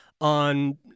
on